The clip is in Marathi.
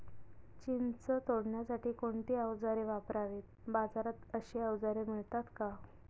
चिंच तोडण्यासाठी कोणती औजारे वापरावीत? बाजारात अशी औजारे मिळतात का?